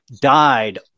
died